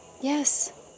Yes